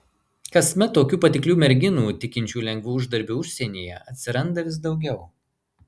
kasmet tokių patiklių merginų tikinčių lengvu uždarbiu užsienyje atsiranda vis daugiau